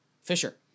Fisher